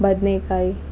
ಬದನೇಕಾಯಿ